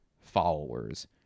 followers